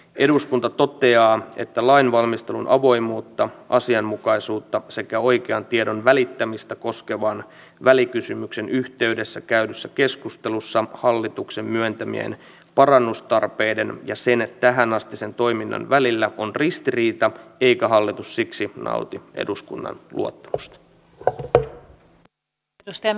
eduskunta toteaa että lainvalmistelun avoimuutta asianmukaisuutta sekä oikean tiedon välittämistä koskevan välikysymyksen yhteydessä käydyssä keskustelussa hallituksen myöntämien parannustarpeiden ja sen tähänastisen toiminnan välillä on ristiriita eikä hallitus siksi nauti eduskunnan luottamusta